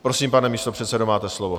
Prosím, pane místopředsedo, máte slovo.